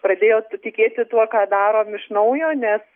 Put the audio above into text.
pradėjo tu tikėti tuo ką darom iš naujo nes